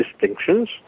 distinctions